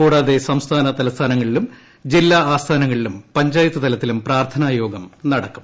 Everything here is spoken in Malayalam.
കൂടാതെ സംസ്ഥാനതല സ്ഥാനങ്ങളിലും ജില്ലാ ആസ്ഥാനങ്ങളിലും പഞ്ചായത്ത് തലത്തിലും പ്രാർത്ഥനാ യോഗം നടക്കും